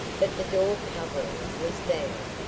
but the door covering was down.